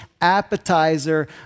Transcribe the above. appetizer